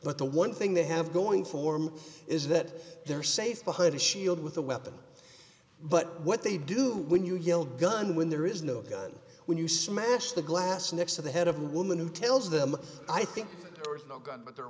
but the one thing they have going for him is that they're safe behind a shield with a weapon but what they do when you yell gun when there is no gun when you smash the glass next to the head of the woman who tells them i think that there